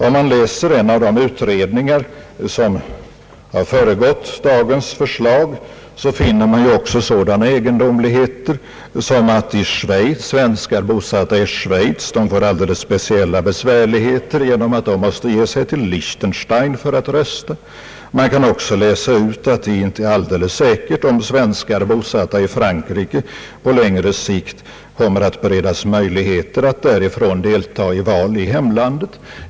Om man läser en av de utredningar som har föregått dagens förslag, så finner man också sådana egendomligheter som att svenskar bosatta i Schweiz får alldeles speciella besvärligheter genom att de måste bege sig till Liechtenstein för att rösta. Man kan också läsa ut, att det inte är alldeles säkert om svenskar bosatta i Frankrike på längre sikt kommer att beredas möjligheter att därifrån delta i val i hemlandet.